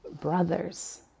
brothers